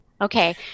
Okay